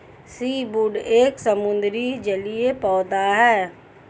seaweed एक समुद्री जलीय पौधा है